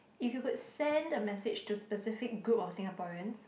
if you could send a message to specific group of Singaporeans